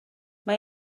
mae